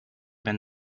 been